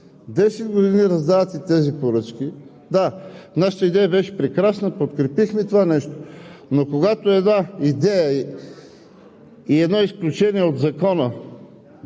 десет години раздавате тези поръчки. Да, нашата идея беше прекрасна, подкрепихме това нещо, но когато една идея и едно изключение от Закона